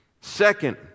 Second